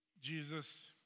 Jesus